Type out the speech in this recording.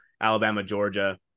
Alabama-Georgia